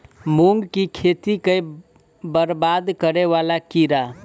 मूंग की खेती केँ बरबाद करे वला कीड़ा?